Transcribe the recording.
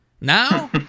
Now